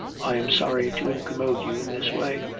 i am sorry to incommode you in this way.